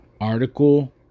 Article